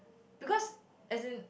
because as in